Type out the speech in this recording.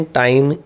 time